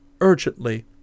urgently